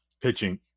pitching